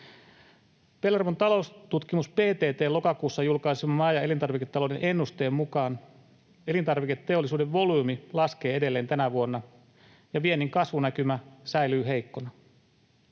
Pellervon taloustutkimus PTT:n lokakuussa julkaiseman maa‑ ja elintarviketalouden ennusteen mukaan elintarviketeollisuuden volyymi laskee edelleen tänä vuonna ja viennin kasvunäkymä säilyy heikkona.